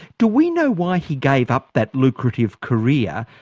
do we know why he gave up that lucrative career,